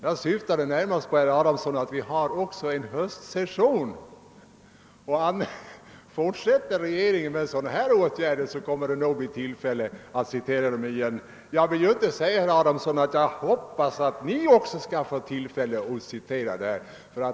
Jag syftade därvid närmast på att vi också har en höstsession, och fortsätter regeringen att vidta sådana åtgärder på samma sätt kommer det nog att bli tillfälle att citera uttrycket igen. Jag kan ju inte säga, herr Adamsson, att jag hoppas att ni socialdemokrater också skall få tillfälle att citera det.